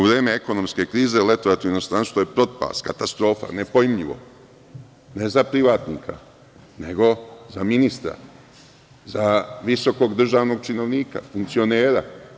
U vreme ekonomske krize letovati u inostranstvu je propast, katastrofa, nepojmljivo ne za privatnika nego i za ministra, za visokog državnog činovnika, funkcionera.